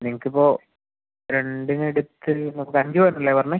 നിങ്ങൾക്ക് ഇപ്പോൾ രണ്ടിനടുത്ത് നമുക്ക് അഞ്ച് പവനല്ലേ പറഞ്ഞത്